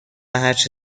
هرچه